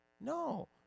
No